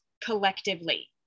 collectively